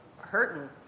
hurting